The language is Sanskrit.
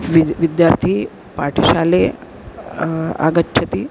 विज् विद्यार्थी पाठशालाम् आगच्छति